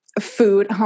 food